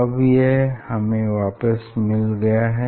अब यह हमें वापस मिल गया है